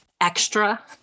extra